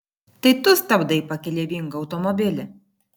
tai tu stabdai pakeleivingą automobilį